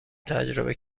تجربه